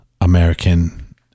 american